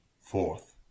fourth